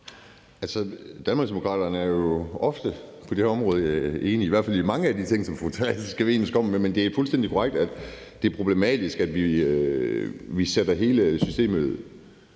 (DD): Danmarksdemokraterne er jo ofte på det her område enige i i hvert fald mange af de ting, som fru Theresa Scavenius kommer med. Men det er fuldstændig korrekt, at det er problematisk, at vi sætter hele systemet